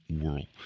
world